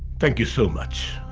thank you so much.